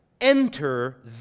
enter